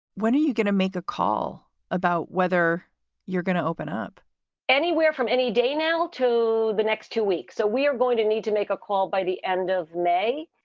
when are you going to make a call about whether you're going to open up anywhere from any day now to the next two weeks? so we are going to need to make a call by the end of may.